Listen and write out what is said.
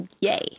Yay